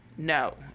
No